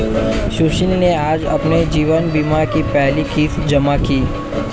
सुशील ने आज अपने जीवन बीमा की पहली किश्त जमा की